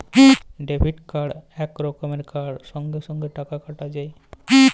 debit card ইক রকমের card সঙ্গে সঙ্গে টাকা কাটা যায়